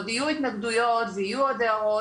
עוד יהיו התנגדויות ויהיו עוד הערות